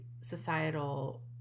societal